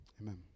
amen